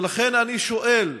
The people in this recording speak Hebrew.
ולכן אני שואל: